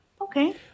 Okay